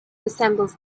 resembles